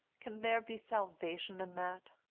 can there be salvation in that?